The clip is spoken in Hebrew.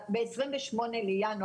אם זה בשנה הראשונה או